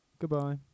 Goodbye